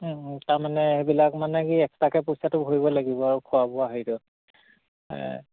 তাৰমানে সেইবিলাক মানে কি এক্সট্ৰাকে পইচাটো ভৰিব লাগিব আৰু খোৱা বোৱা হেৰিটো